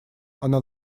она